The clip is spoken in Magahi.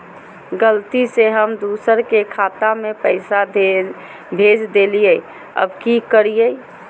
गलती से हम दुसर के खाता में पैसा भेज देलियेई, अब की करियई?